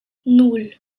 nan